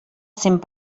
cent